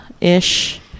ish